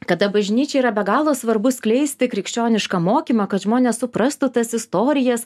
kada bažnyčiai yra be galo svarbu skleisti krikščionišką mokymą kad žmonės suprastų tas istorijas